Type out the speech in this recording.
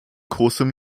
großem